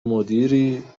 مدیری